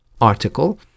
article